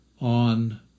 on